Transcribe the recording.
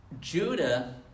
Judah